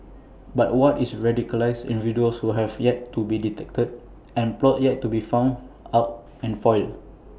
but what is radicalised individuals who have yet to be detected and plots yet to be found out and foiled